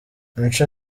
mico